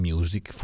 Music